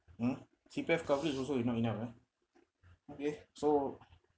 hmm C_P_F coverage also you not enough ah okay so